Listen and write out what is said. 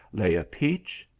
lay a peach,